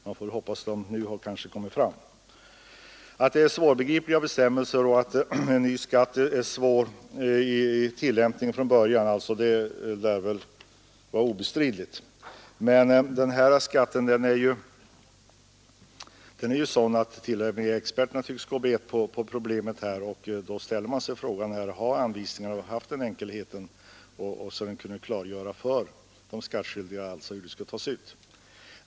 Man får hoppas att de nu har kommit fram, Det lär vara obestridligt att bestämmelserna är svårbegripliga och att tillämpningen av en ny skatt är svår från början, men den här skatten är sådan att t.o.m. experterna tycks gå bet när det gäller att tillämpa den. Därför ställer man sig frågan: Har anvisningarna haft den enkelheten att de kunnat klargöra för de skattskyldiga hur skatten skall tas ut?